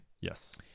Yes